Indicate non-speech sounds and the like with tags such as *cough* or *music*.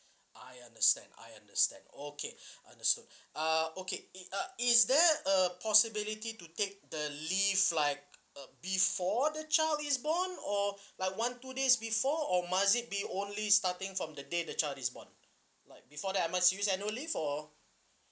I understand I understand okay *breath* understood uh okay it uh is there a possibility to take the leave like uh before the child is born or like one two days before or must it be only starting from the day the child is born like before that I must use annual leave or